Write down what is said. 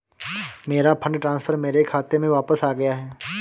मेरा fund transfer मेरे खाते में वापस आ गया है